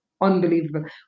unbelievable